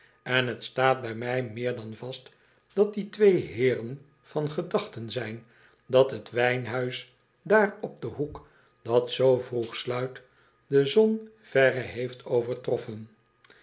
en t staat bij mij meer dan vast dat die twee heeren van gedachten zijn dat t wijnhuis daar op den hoek dat zoo vroeg sluit de zon verre heeft overtroffen